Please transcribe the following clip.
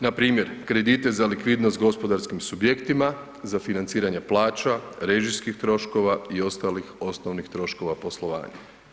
Npr. kredite za likvidnost gospodarskim subjektima, za financiranje plaća, režijskih troškova i ostalih osnovnih troškova poslovanja.